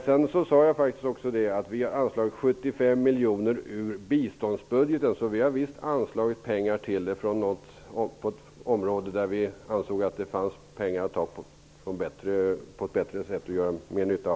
Jag sade faktiskt också att vi har föreslagit att man skall anslå 75 miljoner ur biståndsbudgeten. Vi vill ta pengar till miljön från ett område där vi anser att pengarna gör mindre nytta.